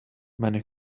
many